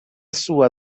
sua